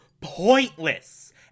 pointless